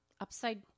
Upside